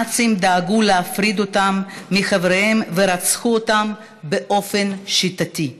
הנאצים דאגו להפריד אותם מחבריהם ורצחו אותם באופן שיטתי.